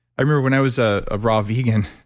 i remember when i was a raw vegan,